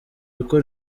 ahubwo